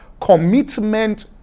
commitment